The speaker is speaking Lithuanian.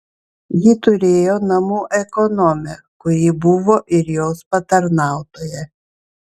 ji turėjo namų ekonomę kuri buvo ir jos patarnautoja